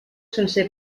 sense